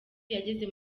yageze